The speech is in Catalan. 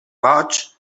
roig